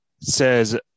says